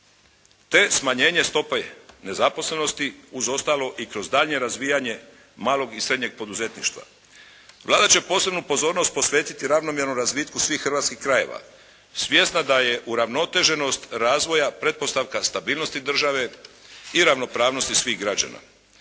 te smanjenje stope nezaposlenosti uz ostalo i kroz daljnje razvijanje malog i srednjeg poduzetništva. Vlada će posebnu pozornost posvetiti ravnomjernom razvitku svih hrvatskih krajeva svjesna da je uravnoteženost razvoja pretpostavka stabilnosti države i ravnopravnosti svih građana.